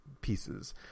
pieces